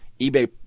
eBay